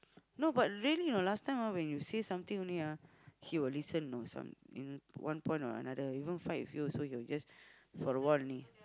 no but really know last time when you say something only ah he will listen know some in one point or another even fight with you also he will just for a while only